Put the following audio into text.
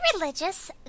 religious